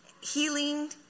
healing